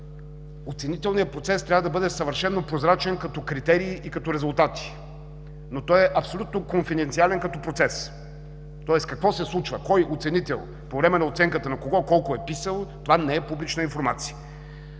оценителният процес трябва да бъде съвършено прозрачен като критерий и като резултати, но той е абсолютно конфиденциален като процес. Това, какво се случва, кой оценител по време на оценката на кого колко е писал, това не е публична информация.